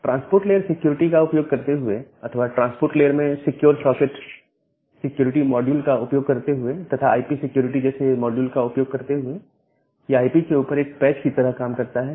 transport layer security का उपयोग करते हुए अथवा ट्रांसपोर्ट लेयर में सिक्योर सॉकेट सिक्योरिटी मॉड्यूल का उपयोग करते हुए तथा आईपी सिक्योरिटी जैसे मॉड्यूल का उपयोग करते हुए यह आईपी के ऊपर एक पैच की तरह काम करता है